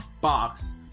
box